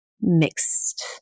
mixed